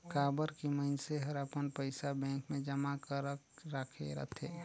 काबर की मइनसे हर अपन पइसा बेंक मे जमा करक राखे रथे